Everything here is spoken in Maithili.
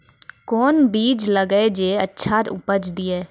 कोंन बीज लगैय जे अच्छा उपज दिये?